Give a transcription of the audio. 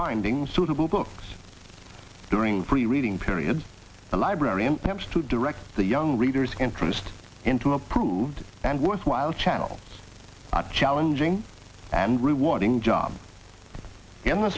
finding suitable books during free reading period a librarian perhaps to direct the young readers interest into approved and worthwhile channels are challenging and rewarding job in the